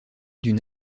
d’une